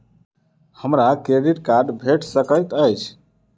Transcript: हमरा credit card भेट सकैत अछि?